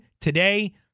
today